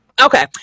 Okay